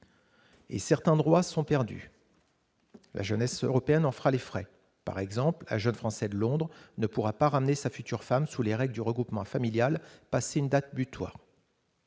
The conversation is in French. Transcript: Et certains droits sont perdus la jeunesse européenne en fera les frais, par exemple, la jeune Français de Londres ne pourra pas ramener sa future femme sous les règles du regroupement familial, passée une date butoir.